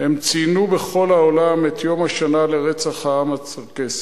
הם ציינו בכל העולם את יום השנה לרצח העם הצ'רקסי,